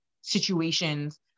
situations